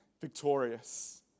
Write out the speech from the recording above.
victorious